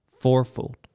Fourfold